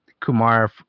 Kumar